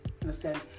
understand